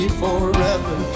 forever